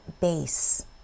base